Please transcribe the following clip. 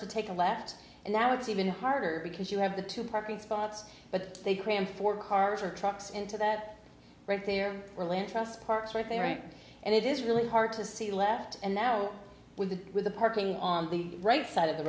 to take a left and now it's even harder because you have the two parking spots but they cram four cars or trucks into that right there are land trust parks right there right and it is really hard to see left and now with the parking on the right side of the